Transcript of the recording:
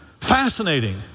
Fascinating